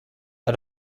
out